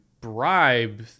bribe